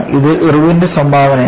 ഇത് ഇർവിന്റെ സംഭാവനയാണ്